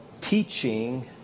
teaching